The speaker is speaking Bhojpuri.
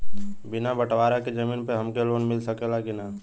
बिना बटवारा के जमीन पर हमके लोन मिल सकेला की ना?